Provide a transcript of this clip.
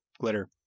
Glitter